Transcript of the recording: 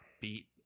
beat